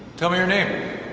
tell me your name.